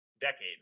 decades